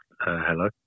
Hello